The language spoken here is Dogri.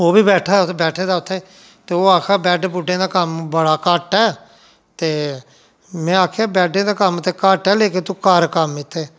ओह् बी बैठा दा बैठे दा उत्थै ते ओह् आक्खा दा बैड्ड बुड्डै दा कम्म बड़ा घट्ट ऐ ते में आक्खेया बैड्डे दा कम्म ते घट्ट ऐ लेकिन तू कर कम्म इत्थै